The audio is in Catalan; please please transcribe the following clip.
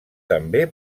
també